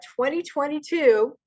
2022